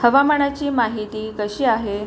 हवामानाची माहिती कशी आहे